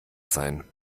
sein